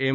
M